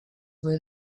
were